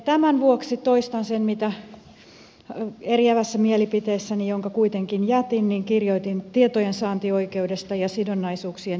tämän vuoksi toistan sen mitä eriävässä mielipiteessäni jonka kuitenkin jätin kirjoitin tietojensaantioikeudesta ja sidonnaisuuksien ilmoittamisesta